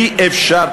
אי-אפשר,